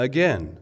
Again